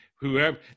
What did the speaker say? whoever